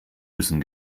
müssen